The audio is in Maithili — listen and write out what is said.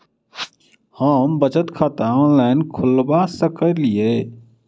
हम बचत खाता ऑनलाइन खोलबा सकलिये?